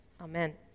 Amen